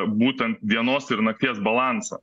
būtent dienos ir nakties balansą